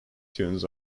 tunes